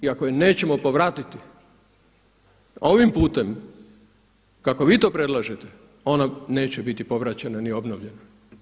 I ako je nećemo povratiti ovim putem kako vi to predlažete ona neće biti povraćena ni obnovljena.